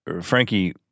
Frankie